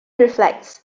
reflects